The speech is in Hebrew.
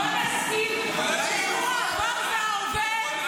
בוא נסכים שהוא העבר וההווה,